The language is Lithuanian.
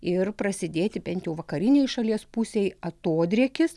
ir prasidėti bent jau vakarinėj šalies pusėj atodrėkis